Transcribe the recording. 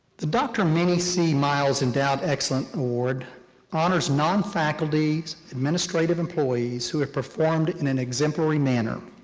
the dr. minnie c. miles endowed excellence award honors non-faculties administrative employees who have performed in an exemplary manner,